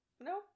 no